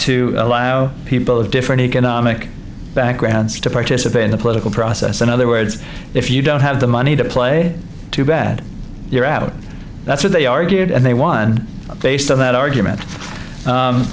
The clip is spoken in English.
to allow people of different economic backgrounds to participate in the political process in other words if you don't have the money to play too bad you're out that's what they argued and they won based on that argument